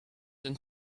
and